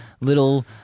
little